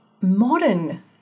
modern